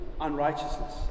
unrighteousness